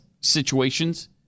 situations